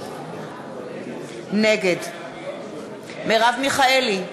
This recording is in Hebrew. נגד מרב מיכאלי,